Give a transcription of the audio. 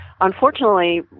unfortunately